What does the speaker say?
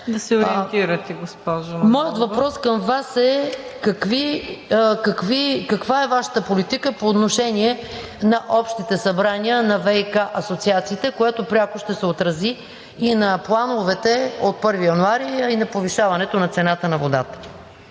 Моят въпрос към Вас е: каква е Вашата политика по отношение на общите събрания на ВиК асоциациите, което пряко ще се отрази и на плановете от 1 януари 2022 г., а и на повишаването на цената на водата?